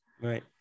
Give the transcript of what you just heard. right